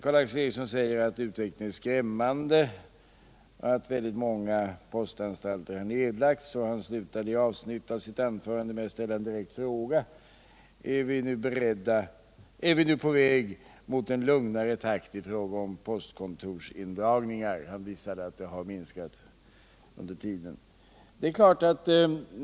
Karl Erik Eriksson säger att utvecklingen är skrämmande och att väldigt många postanstalter har nedlagts. Han slutade det avsnittet av sitt anförande med att ställa en direkt fråga: Är vi nu på väg mot en lugnare takt i fråga om postkontorsindragningar? Han hänvisade därvid till att antalet postkontor har minskat under senare tid.